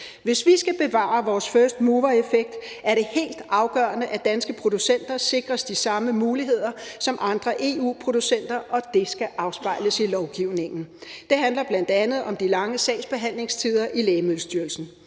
Hvis vi skal bevare vores firstmovereffekt, er det helt afgørende, at danske producenter sikres de samme muligheder som andre EU-producenter, og det skal afspejles i lovgivningen. Det handler bl.a. om de lange sagsbehandlingstider i Lægemiddelstyrelsen.